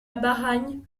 baragne